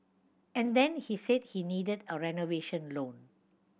and then he said he needed a renovation loan